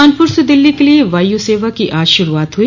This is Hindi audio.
कानपुर से दिल्ली के लिए वायुसेवा की आज शुरूआत हुई